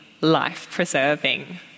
life-preserving